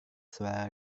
suara